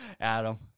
Adam